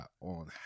on